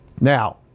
Now